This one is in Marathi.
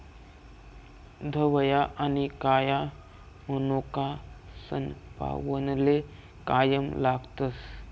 धवया आनी काया मनोका सनपावनले कायम लागतस